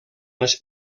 les